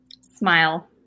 Smile